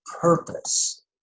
purpose